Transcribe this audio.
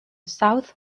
south